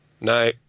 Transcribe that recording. No